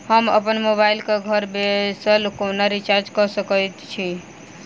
हम अप्पन मोबाइल कऽ घर बैसल कोना रिचार्ज कऽ सकय छी?